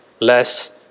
less